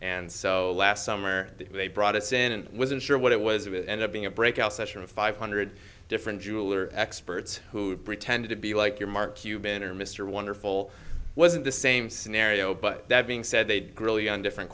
and so last summer they brought us in wasn't sure what it was it end up being a breakout session of five hundred different jeweler experts who pretended to be like your mark cuban or mr wonderful wasn't the same scenario but that being said they'd grill you on different